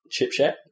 chipset